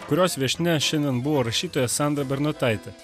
kurios viešnia šiandien buvo rašytoja sandra bernotaitė